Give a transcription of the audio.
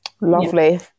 Lovely